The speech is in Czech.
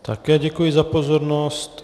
Také děkuji za pozornost.